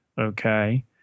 okay